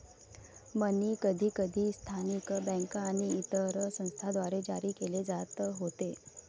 मनी कधीकधी स्थानिक बँका आणि इतर संस्थांद्वारे जारी केले जात होते